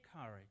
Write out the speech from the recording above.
courage